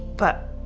but,